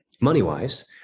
money-wise